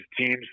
teams